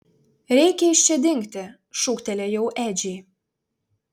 reikia iš čia dingti šūktelėjau edžiui